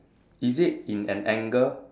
is it in an angle